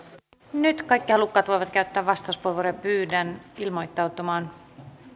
nyt kaikki halukkaat voivat käyttää vastauspuheenvuoron ja pyydän ilmoittautumaan